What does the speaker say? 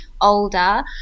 older